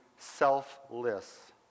selfless